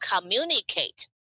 communicate